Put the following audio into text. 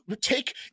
take